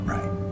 Right